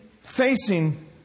facing